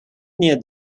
near